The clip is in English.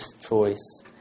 choice